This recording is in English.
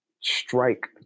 strike